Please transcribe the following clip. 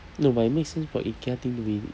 no but it makes sense for ikea thing to be